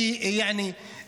הגזענית הקיצונית הזאת